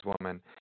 woman